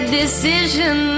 decision